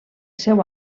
seu